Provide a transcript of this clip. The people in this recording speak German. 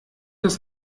das